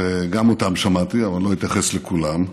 וגם אותם שמעתי, אבל אני לא אתייחס לכולם.